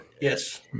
Yes